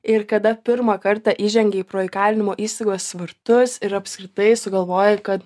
ir kada pirmą kartą įžengei pro įkalinimo įstaigos vartus ir apskritai sugalvojau kad